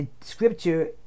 scripture